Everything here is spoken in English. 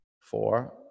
four